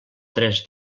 tres